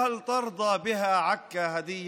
האם תרצה עכו בהם כמתנה?"